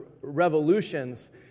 revolutions